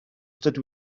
dydw